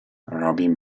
robin